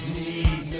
need